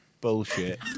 bullshit